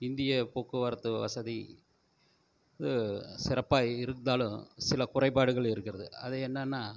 இந்திய போக்குவரத்து வசதி இது சிறப்பாக இருந்தாலும் சில குறைபாடுகள் இருக்கிறது அது என்னன்னால்